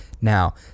Now